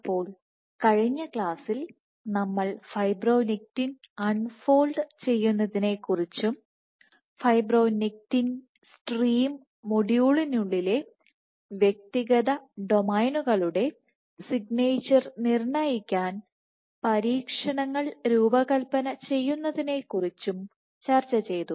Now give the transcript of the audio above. അപ്പോൾ കഴിഞ്ഞ ക്ലാസ്സിൽ നമ്മൾ ഫൈബ്രോനെക്റ്റിൻ അൺ ഫോൾഡ് ചെയ്യുന്നതിനെക്കുറിച്ചും ഫൈബ്രോനെക്റ്റിൻ സ്ട്രീം മൊഡ്യൂളിനുള്ളിലെ വ്യക്തിഗത ഡൊമെയ്നുകളുടെ സിഗ്നേച്ചർ നിർണ്ണയിക്കാൻ പരീക്ഷണങ്ങൾ രൂപകൽപ്പന ചെയ്യുന്നതിനെക്കുറിച്ചും ചർച്ചചെയ്തു